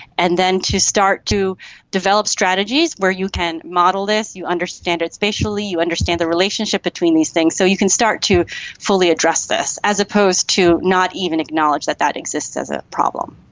and then to start to develop strategies where you can model this, you understand it spatially, you understand the relationship between these things, so you can start to fully address this, as opposed to not even acknowledge that that exists as a problem.